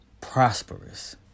prosperous